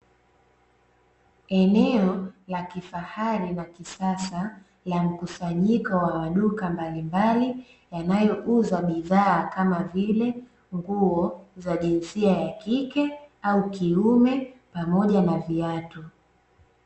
Eneo la kifahari la kisasa la mkusanyiko wa maduka mbalimbali, yanayouza bidhaa ya kama vile: nguo za jinsia ya kike au kiume, pamoja na viatu.